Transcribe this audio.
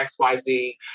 XYZ